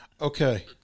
Okay